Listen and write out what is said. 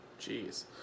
Jeez